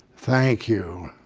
thank you.